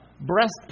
breast